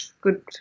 good